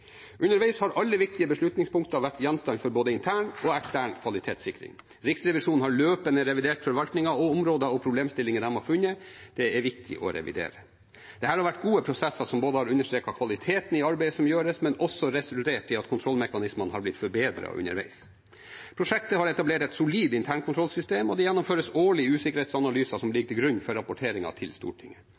Underveis har alle viktige beslutningspunkter vært gjenstand for både intern og ekstern kvalitetssikring. Riksrevisjonen har løpende revidert forvaltningen og områdene og problemstillingene de har funnet – det er viktig å revidere. Dette har vært gode prosesser som ikke bare har understreket kvaliteten i arbeidet som gjøres, men også har resultert i at kontrollmekanismene er blitt forbedret underveis. Prosjektet har etablert et solid internkontrollsystem, og det gjennomføres årlige usikkerhetsanalyser som ligger til grunn for rapporteringen til Stortinget.